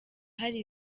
hari